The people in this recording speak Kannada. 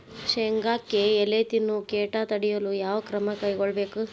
ಶೇಂಗಾಕ್ಕೆ ಎಲೆ ತಿನ್ನುವ ಕೇಟ ತಡೆಯಲು ಯಾವ ಕ್ರಮ ಕೈಗೊಳ್ಳಬೇಕು?